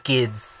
Kids